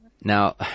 Now